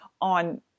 on